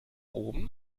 oben